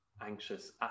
anxious